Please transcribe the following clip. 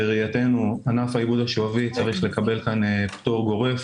בראייתנו ענף האיגוד השבבי צריך לקבל כאן פטור גורף,